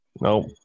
Nope